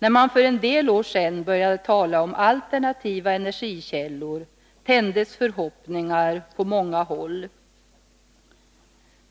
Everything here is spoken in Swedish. När man för en del år sedan började tala om alternativa energikällor tändes förhoppningar på många håll.